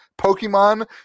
Pokemon